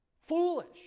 foolish